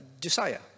Josiah